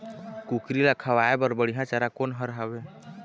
कुकरी ला खवाए बर बढीया चारा कोन हर हावे?